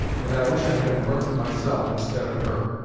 and i wish i'd been burnt myself instead of her